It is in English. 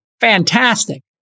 Fantastic